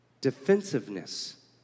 Defensiveness